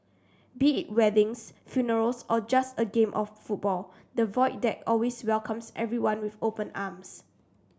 be it weddings funerals or just a game of football the Void Deck always welcomes everyone with open arms